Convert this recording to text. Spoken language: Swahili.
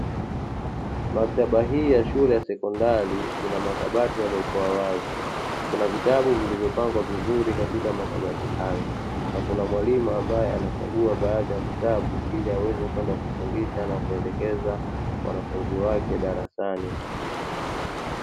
Maktaba hii ya shule ya sekondari ina makabati yaliokuwa wazi kuna vitabu vilivyopangwa vizuri katika makabati hayo na kuna mwalimu ambaye anachagua baadhi ya vitabu ili aweze kwenda kufundisha na kuelekeza wanafunzi wake darasani.